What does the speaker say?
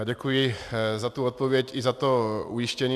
Já děkuji za tu odpověď i za to ujištění.